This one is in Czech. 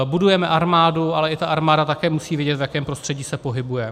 Budujeme armádu, ale i ta armáda také musí vědět, v jakém prostředí se pohybuje.